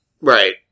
Right